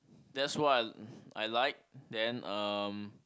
just what I like then um